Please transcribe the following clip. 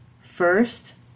First